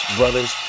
brothers